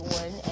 one